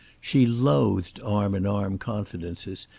she loathed arm-in-arm confidences,